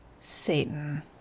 Satan